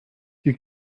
you